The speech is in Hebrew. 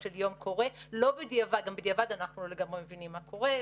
של יום קורה לא בדיעבד גם בדיעבד אנחנו לא לגמרי מבינים מה קורה,